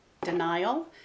denial